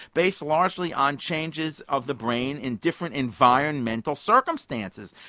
based largely on changes of the brain in different environmental circumstances.